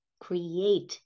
create